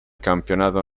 campionato